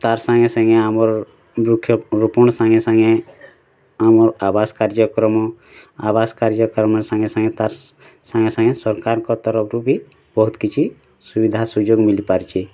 ତା ସାଙ୍ଗେ ସାଙ୍ଗେ ଆମର ବୃକ୍ଷ ରୋପଣ ସାଙ୍ଗେ ସାଙ୍ଗେ ଆମର ଆବାସ କାର୍ଯ୍ୟକ୍ରମ ଆବାସ କାର୍ଯ୍ୟକ୍ରମ ସାଙ୍ଗେ ସାଙ୍ଗେ ତାର ସାଙ୍ଗେ ସାଙ୍ଗେ ସରକାରଙ୍କ ତରଫରୁ ବି ବହୁତ କିଛି ସୁବିଧା ସୁଯୋଗ ମିଲି ପାରିଛି